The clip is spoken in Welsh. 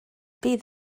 bydd